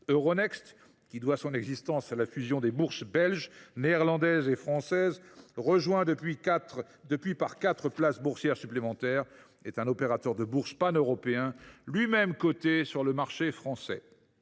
Euronext, qui doit son existence à la fusion des bourses belge, néerlandaise et française, rejointes depuis lors par quatre places boursières supplémentaires, est un opérateur de bourse paneuropéen lui même coté sur le marché français.